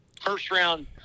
first-round